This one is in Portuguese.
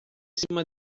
cima